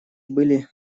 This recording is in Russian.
были